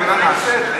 איך ההפגנה נעשית?